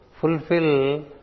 fulfill